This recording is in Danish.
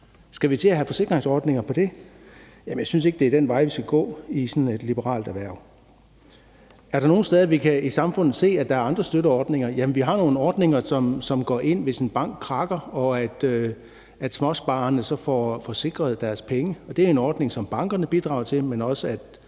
Skal vi til at have forsikringsordninger for det? Jeg synes ikke, det er den vej, vi skal gå i sådan et liberalt erhverv. Er der nogen steder, vi i samfundet kan se, at der er andre slags støtteordninger? Vi har nogle ordninger, der går ind, hvis en bank krakker, så småsparerne får sikret deres penge, og det er en ordning, som bankerne, men også